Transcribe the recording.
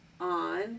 on